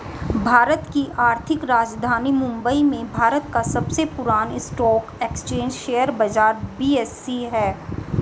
भारत की आर्थिक राजधानी मुंबई में भारत का सबसे पुरान स्टॉक एक्सचेंज शेयर बाजार बी.एस.ई हैं